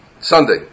Sunday